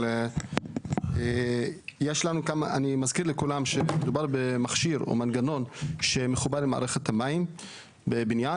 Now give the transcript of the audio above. אבל אני מזכיר לכולם שמדובר במנגנון שמחובר למערכת המים בבניין